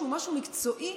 שהוא משהו מקצועי,